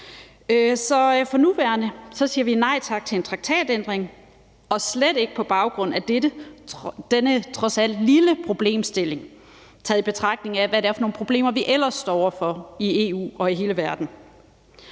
Så for nuværende siger vi nej tak til at lave en traktatændring – og slet ikke på baggrund af denne trods alt lille problemstilling, taget i betragtning af hvad det er for nogle problemer, vi ellers står over for i EU og i hele verden.